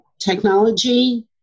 technology